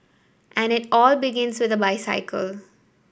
and it all begins with bicycle